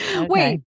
wait